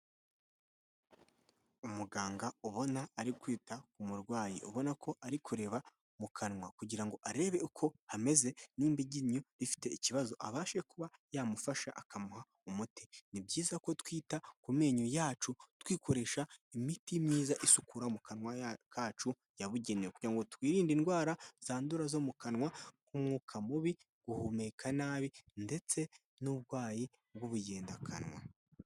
Umuganga ubona ari kwita ku murwayi ubona ko ari kureba mu kanwa kugira ngo arebe uko ameze n'ba iginyinyo ifite ikibazo abashe kuba yamufasha akamuha umuti ni byiza ko twita ku menyo yacu twikoresha imiti myiza isukura mu kanwa kacu yabugenewe kugira ngo twirinde indwara zandura zo mu kanwa k'umwuka mubi guhumeka nabi ndetse n'uburwayi bw'ubugendakanwa.